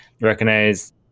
recognize